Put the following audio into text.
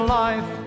life